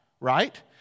right